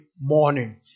morning